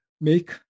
make